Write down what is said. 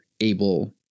able